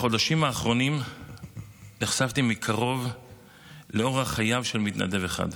בחודשים האחרונים נחשפתי מקרוב לאורח חייו של מתנדב אחד.